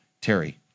Terry